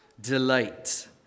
Delight